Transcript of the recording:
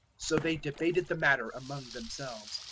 so they debated the matter among themselves.